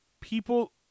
people